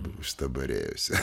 buvo sustabarėjusi